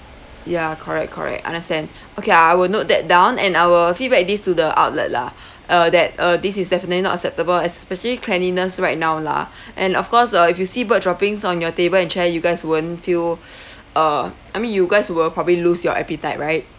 ya correct correct understand okay I will note that down and I will feedback this to the outlet lah uh that uh this is definitely not acceptable especially cleanliness right now lah and of course uh if you see bird droppings on your table and chair you guys won't feel uh I mean you guys will probably lose your appetite right